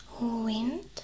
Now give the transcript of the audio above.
Wind